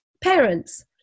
parents